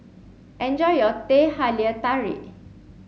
enjoy your Teh Halia Tarik